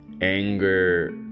Anger